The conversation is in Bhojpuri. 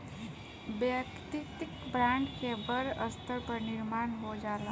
वैयक्तिक ब्रांड के बड़ स्तर पर निर्माण हो जाला